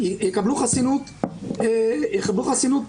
הוא ייקח את זה